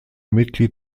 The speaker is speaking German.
mitglied